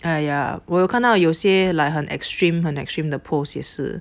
!aiya! 我有看到有些 like 很 extreme 很 extreme 的 post 也是